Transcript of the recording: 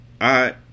I-